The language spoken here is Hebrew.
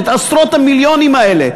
את עשרות המיליונים האלה,